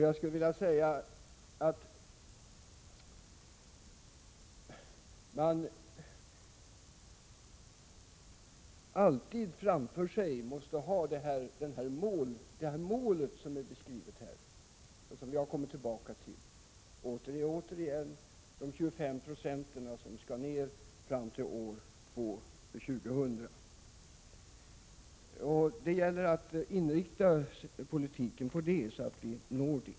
Jag skulle vilja säga att man alltid måste ha det mål framför sig som finns beskrivet här och som vi ideligen kommer tillbaka till. Det gäller alltså målet att minska alkoholkonsumtionen med 25 96 fram till år 2000. Det gäller att inrikta politiken mot det målet.